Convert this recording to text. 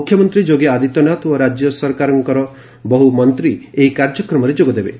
ମୁଖ୍ୟମନ୍ତ୍ରୀ ଯୋଗୀ ଆଦିତ୍ୟନାଥ ଓ ରାଜ୍ୟ ସରକାରଙ୍କର ବହୁ ମନ୍ତ୍ରୀ ଏହି କାର୍ଯ୍ୟକ୍ରମରେ ଯୋଗଦେବେ